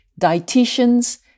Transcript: dietitians